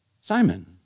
Simon